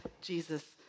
Jesus